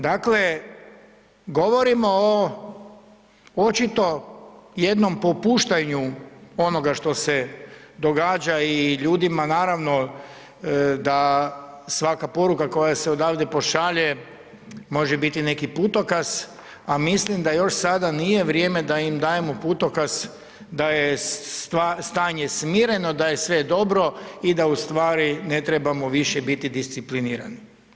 Dakle, govorimo o očito jednom popuštanju onoga što se događa i ljudima, naravno, da svaka poruka koja se odavde pošalje može biti neki putokaz, a mislim da još sada nije vrijeme da im dajemo putokaz da je stanje smireno, da je sve dobro i da ustvari ne trebamo više biti disciplinirani.